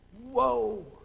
Whoa